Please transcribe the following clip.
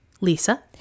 Lisa